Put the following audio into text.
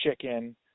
Chicken